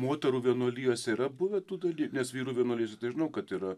moterų vienuolijos yra buvę tų dalykų nes vyrų vienuolis dažnai kad yra